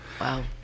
Wow